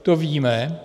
To víme.